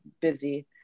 busy